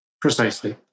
Precisely